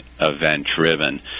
event-driven